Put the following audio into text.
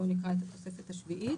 אני אקרא את התוספת השביעית.